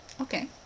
Okay